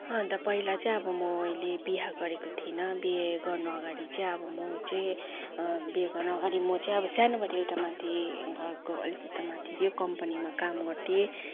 अन्त पहिला चाहिँ अब मैले बिहा गरेको थिइनँ बिहे गर्नु अगाडि चाहिँ अब म चाहिँ बिहे गर्नुअघि म चाहिँ सानोबडे एउटा माथि घरको अलिक उता माथि कम्पनीमा काम गर्थेँ